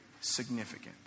significant